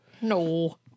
No